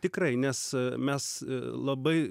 tikrai nes mes labai